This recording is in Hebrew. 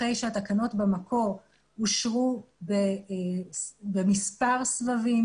אחרי שהתקנות במקור אושרו במספר סבבים,